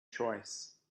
choice